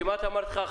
כמעט אמרתי לך,